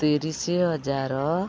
ତିରିଶି ହଜାର